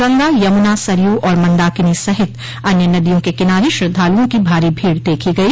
गंगा यमुना सरयू और मंदाकिनी सहित अन्य नदियों के किनारे श्रद्धालुओं की भारी भीड़ देखी गई